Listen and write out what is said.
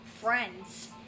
friends